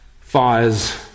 fires